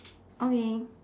okay